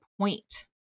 point